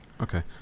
Okay